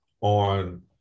on